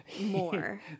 more